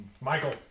michael